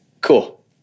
Cool